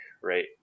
Right